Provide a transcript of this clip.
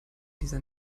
dieser